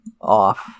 off